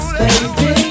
baby